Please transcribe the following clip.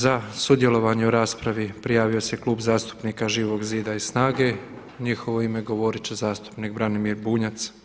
Za sudjelovanje u raspravi prijavio se Klub zastupnika Živog zida i SNAGA-e u njihovo ime govorit će zastupnik Branimir Bunjac.